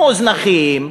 מוזנחים,